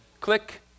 click